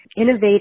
innovate